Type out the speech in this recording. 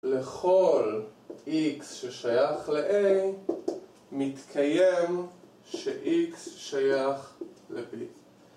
לכל x ששייך לa מתקיים שx שייך לb